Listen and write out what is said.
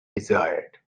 desired